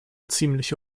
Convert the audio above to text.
ziemliche